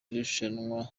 irushanwa